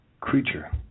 creature